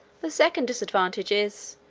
the second disadvantage is,